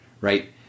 Right